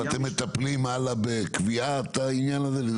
אבל אתם מטפלים הלאה בקביעת העניין הזה?